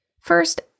First